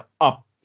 up